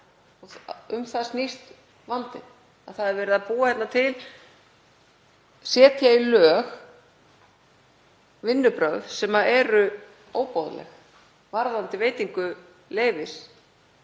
Um það snýst vandinn. Það er verið að setja í lög vinnubrögð sem eru óboðleg varðandi veitingu leyfis,